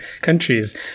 countries